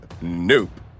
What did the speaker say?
Nope